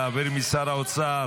להעביר משר האוצר